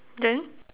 then